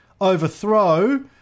Overthrow